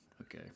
okay